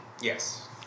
Yes